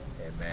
Amen